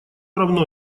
равно